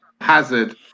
Hazard